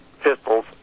pistols